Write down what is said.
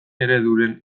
ereduren